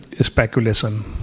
speculation